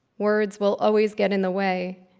words will always get in the way.